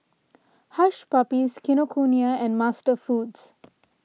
Hush Puppies Kinokuniya and MasterFoods